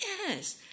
yes